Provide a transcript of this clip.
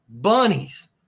Bunnies